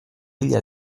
bila